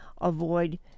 avoid